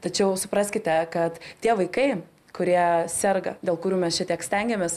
tačiau supraskite kad tie vaikai kurie serga dėl kurių mes šitiek stengiamės